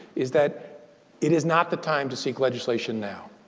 is that it is not the time to seek legislation now.